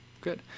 good